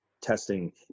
testing